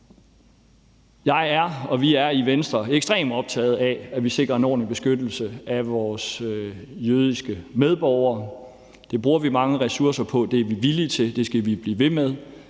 Jeg og Venstre er ekstremt optagede af, at vi sikrer en ordentlig beskyttelse af vores jødiske medborgere. Det bruger vi mange ressourcer på, og det er vi villige til, og det skal vi blive ved med.